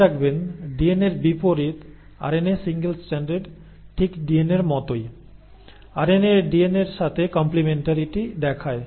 মনে রাখবেন ডিএনএর বিপরীত আরএনএ সিঙ্গেল স্ট্যান্ডড ঠিক ডিএনএর মতোই আরএনএ ডিএনএর সাথে কম্প্লেমেন্টারিটি দেখায়